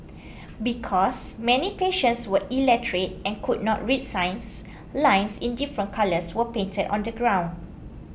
because many patients were illiterate and could not read signs lines in different colours were painted on the ground